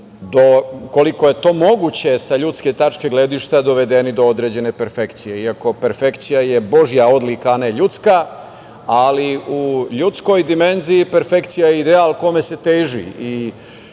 koliko je to moguće, sa ljudske tačke gledišta, dovedeni do određene perfekcije, iako perfekcija je Božja odlika, a ne ljudska, ali u ljudskoj dimenziji perfekcija je ideal kome se teži.